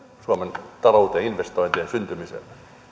suomen talouteen investointien syntymiselle